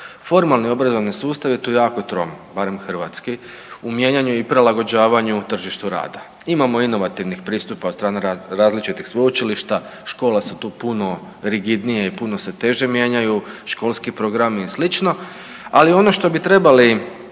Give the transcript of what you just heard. Formalni obrazovni sustav je tu jako trom, barem hrvatski, u mijenjanju i prilagođavanju tržištu rada. Imamo inovativnih pristupa od strane različitih sveučilišta škole su tu puno rigidnije i se puno se teže mijenjaju, školski programi i sl., ali ono što bi trebali